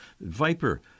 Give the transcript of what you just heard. Viper